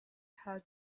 had